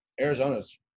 Arizona's –